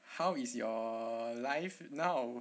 how is your life now